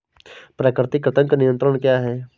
प्राकृतिक कृंतक नियंत्रण क्या है?